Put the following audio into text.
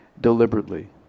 deliberately